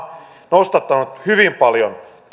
on nostattanut hyvin paljon